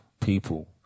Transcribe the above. people